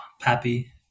Pappy